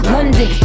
London